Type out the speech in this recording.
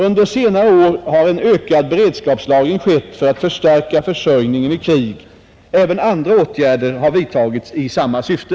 Under senare år har en ökad beredskapslagring skett för att förstärka försörjningen i krig. Även andra åtgärder har vidtagits i samma syfte.